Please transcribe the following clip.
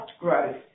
growth